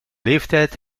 leeftijd